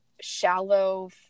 shallow